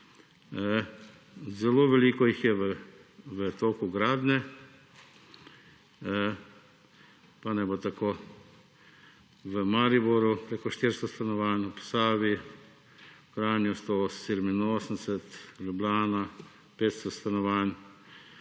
Zelo veliko jih je v toku gradnje, pa naj bo tako v Mariboru preko 400 stanovanj, ob Savi v Kranju 187, Ljubljana 500 stanovanj,